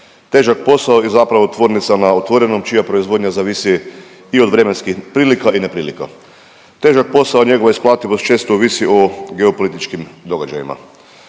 Težak posao i zapravo tvornica na otvorenom čija proizvodnja zavisi i od vremenskih prilika i neprilika. Težak posao a njegova isplativost često ovisi o geopolitičkim događajima.